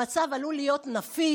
המצב עלול להיות נפיץ.